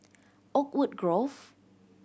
Oakwood Grove